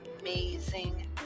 amazing